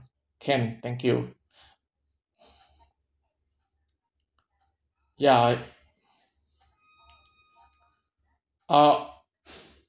can thank you ya uh